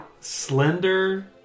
slender